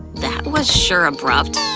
that was sure abrupt.